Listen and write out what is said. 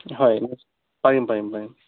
হয় পাৰিম পাৰিম পাৰিম